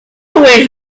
always